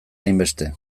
hainbeste